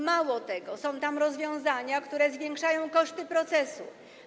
Mało tego, są tam rozwiązania, które zwiększają koszty procesu.